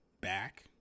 back